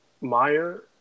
Meyer